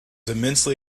immensely